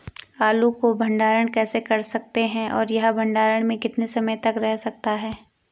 आलू को भंडारण कैसे कर सकते हैं और यह भंडारण में कितने समय तक रह सकता है?